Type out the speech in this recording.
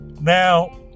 Now